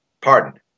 Pardon